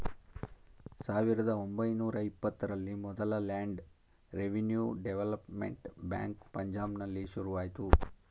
ಸಾವಿರದ ಒಂಬೈನೂರ ಇಪ್ಪತ್ತರಲ್ಲಿ ಮೊದಲ ಲ್ಯಾಂಡ್ ರೆವಿನ್ಯೂ ಡೆವಲಪ್ಮೆಂಟ್ ಬ್ಯಾಂಕ್ ಪಂಜಾಬ್ನಲ್ಲಿ ಶುರುವಾಯ್ತು